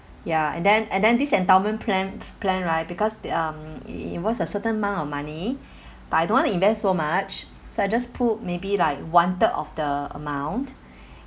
ya and then and then this endowment plan plan right because there um it was a certain amount of money but I don't want to invest so much so I just put maybe like one third of the amount